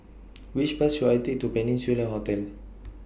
Which Bus should I Take to Peninsula Hotel